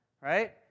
Right